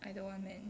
I don't want man